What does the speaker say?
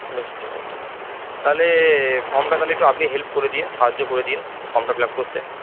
বেশ ঠিক আছে ঠিক আছে তাহলে ফর্মটা তাহলে একটু আপনি হেল্প করে দেবেন সাহায্য করে দেবেন ফর্মটা ফিল আপ করতে